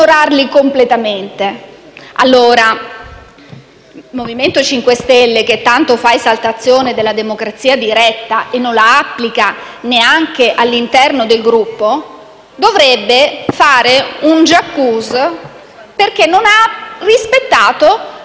Il Movimento 5 Stelle, che tanto fa esaltazione della democrazia diretta e poi non la applica neanche all'interno del Gruppo, dovrebbe allora fare un *j'accuse* perché non ha rispettato neanche il